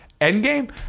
Endgame